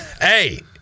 Hey